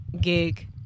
gig